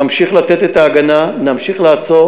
נמשיך לתת את ההגנה, נמשיך לעצור.